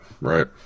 right